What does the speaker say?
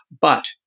but-